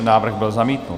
Návrh byl zamítnut.